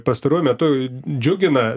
pastaruoju metu džiugina